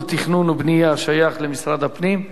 כל תכנון ובנייה, שייך למשרד הפנים.